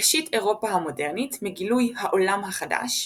ראשית אירופה המודרנית מגילוי "העולם החדש",